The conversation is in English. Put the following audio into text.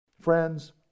Friends